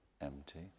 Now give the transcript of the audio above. Empty